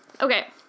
Okay